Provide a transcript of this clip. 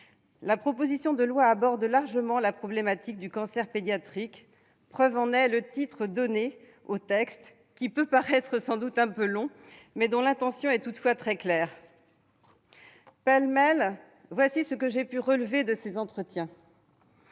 La proposition de loi aborde largement la problématique du cancer pédiatrique. La preuve en est le titre donné au texte, qui peut paraître un peu long, mais dont l'intention est toutefois très claire. Pêle-mêle, voici ce que j'ai pu relever de ces entretiens.